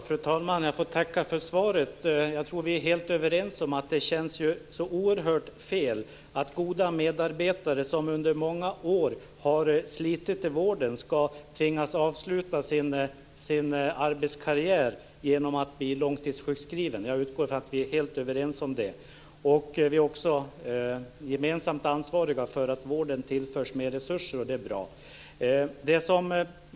Fru talman! Jag får tacka för svaret. Jag hoppas att vi är överens om att det känns oerhört felaktigt att goda medarbetare som under många år har slitit i vården ska tvingas avsluta sin arbetskarriär med att bli långtidssjukskrivna. Vi är också gemensamt ansvariga för att vården tillförs mer resurser, och det är bra.